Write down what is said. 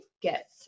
get